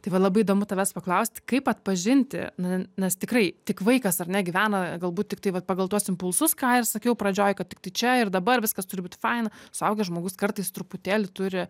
tai va labai įdomu tavęs paklausti kaip atpažinti na nes tikrai tik vaikas ar ne gyvena galbūt tiktai va pagal tuos impulsus ką ir sakiau pradžioj kad tiktai čia ir dabar viskas turi būti faina suaugęs žmogus kartais truputėlį turi